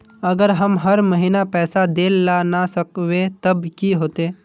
अगर हम हर महीना पैसा देल ला न सकवे तब की होते?